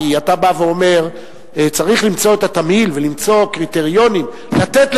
כי אתה בא ואומר: צריך למצוא את התמהיל ולמצוא קריטריונים לתת,